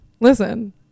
listen